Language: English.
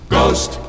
Ghost